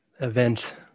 event